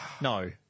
no